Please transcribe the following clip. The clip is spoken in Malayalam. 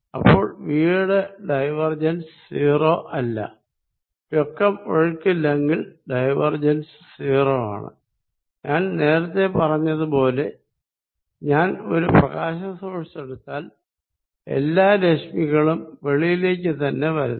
അപ്പോൾ V യുടെ ഡൈവർജൻസ് 0 അല്ല നെറ്റ് ഒഴുക്കില്ലെങ്കിൽ ഡൈവർജൻസ് 0 ആണ് ഞാൻ നേരത്തെ പറഞ്ഞതുപോലെ ഞാൻ ഒരു പ്രകാശ സോഴ്സ് എടുത്താൽ എല്ലാ രശ്മികളും വെളിയിലേക്ക് തന്നെ വരുന്നു